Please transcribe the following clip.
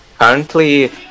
currently